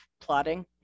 plotting